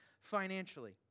financially